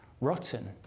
rotten